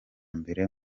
mbere